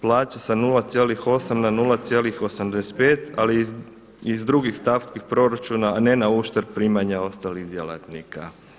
Plaće sa 0,8 na 0,85 ali iz drugih stavki proračuna a ne na uštrb primanja ostalih djelatnika.